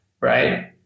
right